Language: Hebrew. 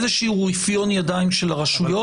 איזה שהוא רפיון ידיים של הרשויות,